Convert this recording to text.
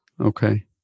Okay